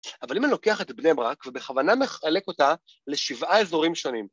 ‫אבל אם אני לוקח את בני ברק, ובכוונה מחלק אותה לשבעה אזורים שונים...